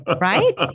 right